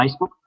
Facebook